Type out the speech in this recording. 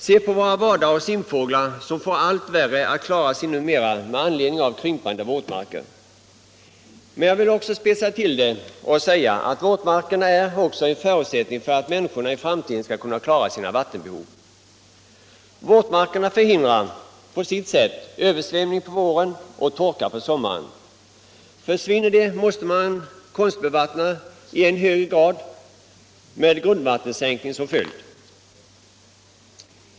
Se på våra vadaroch simfåglar som får allt svårare att klara sig numera med anledning av krympande våtmarker! Men -— jag vill spetsa till det genom att säga detta — våtmarkerna är också en förutsättning för att människorna i framtiden skall kunna tillgodose sina vattenbehov. Våtmarkerna förhindrar på sitt sätt översvämning på våren och torka på sommaren. Försvinner de måste man konstbevattna i än högre grad, med grundvattensänkning som följd.